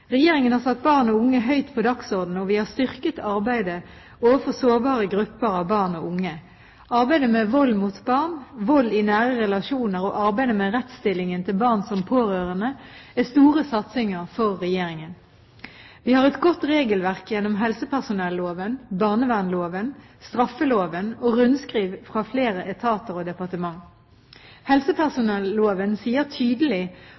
Regjeringen har satt barn og unge høyt på dagsordenen, og vi har styrket arbeidet overfor sårbare grupper av barn og unge. Arbeidet med vold mot barn, vold i nære relasjoner og arbeidet med rettsstillingen til barn som pårørende er store satsinger for Regjeringen. Vi har et godt regelverk gjennom helsepersonelloven, barnevernsloven, straffeloven og rundskriv fra flere etater og departementer. Helsepersonelloven sier tydelig